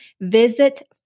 Visit